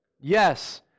Yes